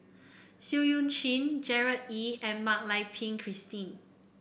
Seah Eu Chin Gerard Ee and Mak Lai Peng Christine